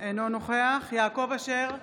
אינו נוכח יעקב אשר,